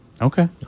Okay